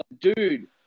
Dude